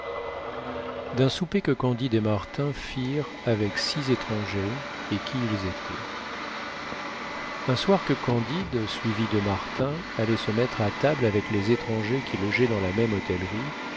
d'un souper que candide et martin firent avec six étrangers et qui ils étaient un soir que candide suivi de martin allait se mettre à table avec les étrangers qui logeaient dans la même hôtellerie